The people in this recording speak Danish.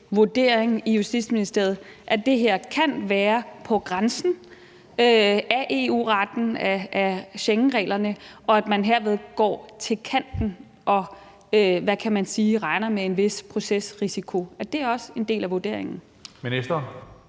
vurdering i Justitsministeriet, at det her kan være på grænsen af EU-retten og Schengenreglerne, og at man herved går til kanten og regner med en vis procesrisiko? Er det også en del af vurderingen?